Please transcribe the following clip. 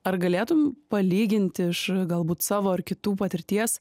ar galėtum palyginti iš galbūt savo ar kitų patirties